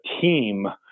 team